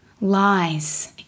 lies